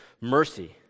mercy